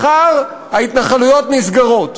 מחר ההתנחלויות נסגרות.